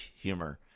humor